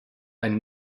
ein